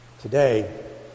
Today